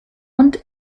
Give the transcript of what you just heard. und